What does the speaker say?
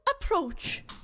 approach